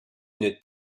une